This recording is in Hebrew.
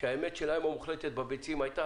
שהאמת המוחלטת שלהם בביצים הייתה,